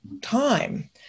time